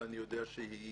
ואני יודע שהיא